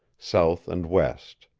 south and west.